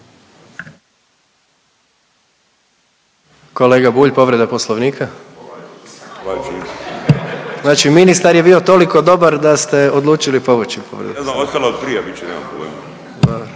Kolega Bulj povreda Poslovnika. Znači ministar je bio toliko dobar da ste odlučili pomoći …/Govornik se ne razumije./….